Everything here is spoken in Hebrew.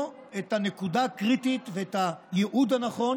את הנקודה הקריטית ואת הייעוד הנכון